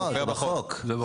זה בחוק.